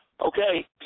Okay